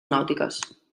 nàutiques